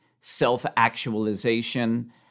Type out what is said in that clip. self-actualization